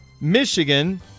Michigan